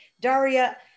Daria